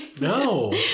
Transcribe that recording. No